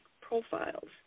profiles